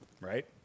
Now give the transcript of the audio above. right